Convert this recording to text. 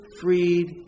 freed